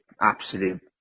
absolute